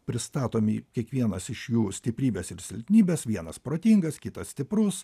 pristatomi kiekvienas iš jų stiprybės ir silpnybės vienas protingas kitas stiprus